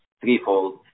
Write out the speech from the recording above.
threefold